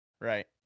Right